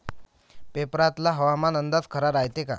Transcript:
पेपरातला हवामान अंदाज खरा रायते का?